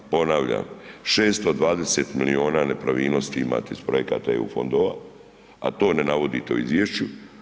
Ponavljam, 620 milijuna nepravilnosti imate iz projekata EU projekata, a to ne navodite u izvješću.